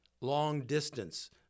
long-distance